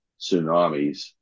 tsunamis